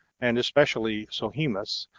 and especially sohemus,